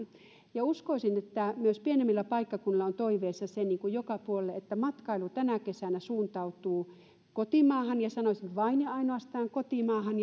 ja uskoisin että myös pienemmillä paikkakunnilla on toiveessa se niin kuin joka puolella että matkailu tänä kesänä suuntautuu kotimaahan ja sanoisin vain ja ainoastaan kotimaahan